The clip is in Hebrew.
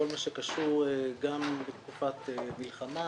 כל מה שקשור לתקופת מלחמה,